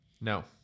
no